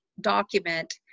document